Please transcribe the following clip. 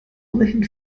ohnehin